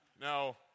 Now